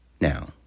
now